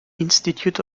institute